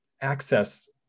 access